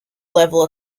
level